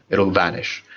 it will vanish.